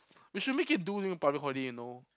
we should make him do during public holiday you know